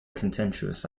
contentious